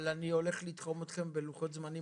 אבל אני הולך לתחום אתכם בלוחות זמנים